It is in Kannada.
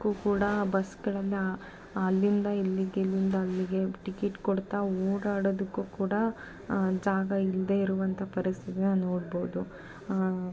ಕ್ಕೂ ಕೂಡ ಬಸ್ಗಳನ್ನು ಅಲ್ಲಿಂದ ಇಲ್ಲಿಗೆ ಇಲ್ಲಿಂದ ಅಲ್ಲಿಗೆ ಟಿಕಿಟ್ ಕೊಡ್ತಾ ಓಡಾಡೋದಕ್ಕೂ ಕೂಡ ಜಾಗ ಇಲ್ಲದೇ ಇರುವಂಥ ಪರಿಸ್ಥಿತೀನ ನೋಡ್ಬೌದು